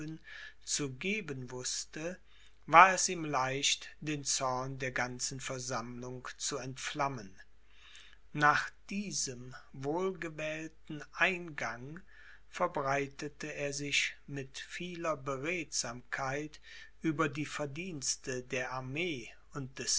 zu geben wußte war es ihm leicht den zorn der ganzen versammlung zu entflammen nach diesem wohlgewählten eingang verbreitete er sich mit vieler beredsamkeit über die verdienste der armee und des